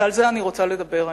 ועל זה אני רוצה לדבר היום.